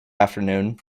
afternoon